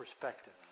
perspective